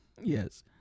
yes